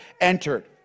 entered